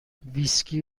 ویسکی